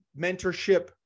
Mentorship